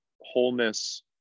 wholeness